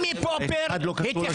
אחד לא קשור לשני.